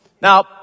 Now